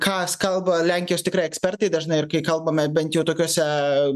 kas kalba lenkijos tikrai ekspertai dažnai ir kai kalbame bent jau tokiuose